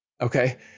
Okay